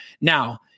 Now